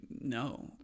no